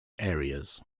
areas